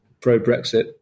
pro-Brexit